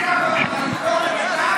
תמשיכי.